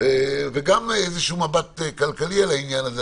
וגם איזשהו מבט כלכלי על העניין הזה,